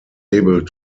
able